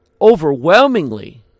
overwhelmingly